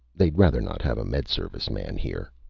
they'd rather not have a med service man here.